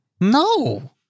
No